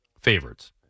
favorites